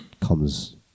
comes